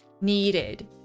needed